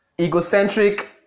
egocentric